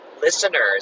listeners